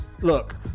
look